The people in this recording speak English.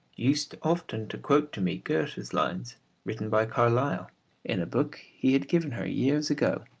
used often to quote to me goethe's lines written by carlyle in a book he had given her years ago,